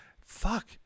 fuck